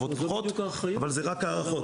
טובות פחות אבל זה רק הערכות.